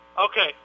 Okay